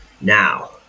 Now